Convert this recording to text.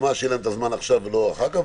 שיהיה להם זמן עכשיו ולא אחר כך,